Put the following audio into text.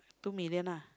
two million ah